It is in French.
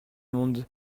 monde